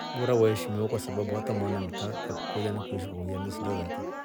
Bora waeshiwa kwa sababu hata mwana mta kakukolya nekueshimu kakuiya. umesinda tata.